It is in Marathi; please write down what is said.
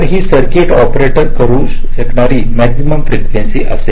तर ही सर्किट ऑपरेट करू शकणारी मॅक्सिमम फ्रीकेंसी असेल